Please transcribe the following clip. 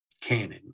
canon